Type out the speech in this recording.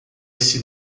esse